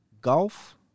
Golf